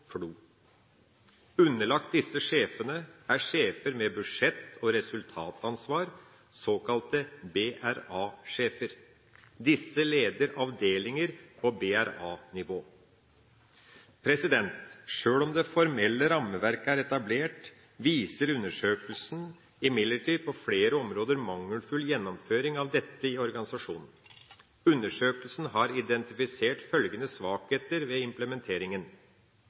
Underlagt disse sjefene er sjefer med budsjett- og resultatansvar, såkalte BRA-sjefer. Disse leder avdelinger på BRA-nivå. Sjøl om det formelle rammeverket er etablert, viser undersøkelsen imidlertid på flere områder mangelfull gjennomføring av dette i organisasjonen. Undersøkelsen har identifisert følgende svakheter ved